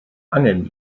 angen